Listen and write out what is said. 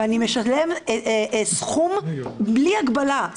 ואני משלמת סכום בלי הגבלה.